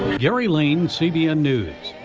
gary lane cbn news.